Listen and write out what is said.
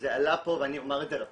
זה עלה פה ואני אומר את זה לפרוטוקול,